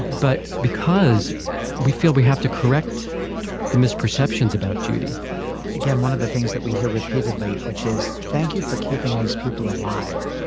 but because we feel we have to correct the misperceptions about judy again, one of the things that we hear repeatedly, which is thank you for keeping these people alive.